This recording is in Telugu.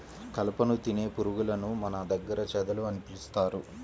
కలపను తినే పురుగులను మన దగ్గర చెదలు అని పిలుస్తారు